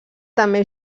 també